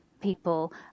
people